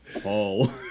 Paul